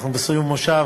אנחנו בסיום מושב,